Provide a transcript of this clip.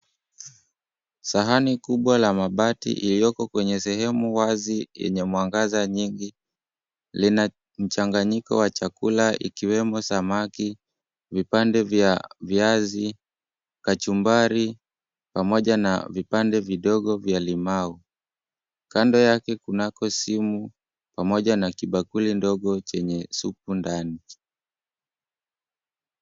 Sahani kubwa la mabati lioko kwenye sehemu wazi yenye mwangaza mwingi, lina mchanganyiko wa chakula ikiwemo samaki, vipande vya viazi, kachumbari pamoja na vipande vidogo vya limau kando yake kunako simu na kibakuli ndogo chenye supu ndani.